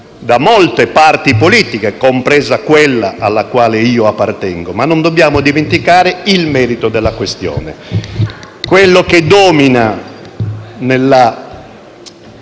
da molte parti politiche, compresa quella alla quale io appartengo. Non dobbiamo, però, dimenticare il merito della questione. Ciò che domina nell'attuale